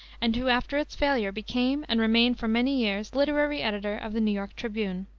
and who after its failure became and remained for many years literary editor of the new york tribune.